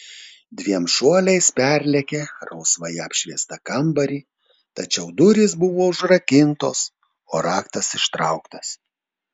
dviem šuoliais perlėkė rausvai apšviestą kambarį tačiau durys buvo užrakintos o raktas ištrauktas